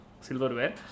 silverware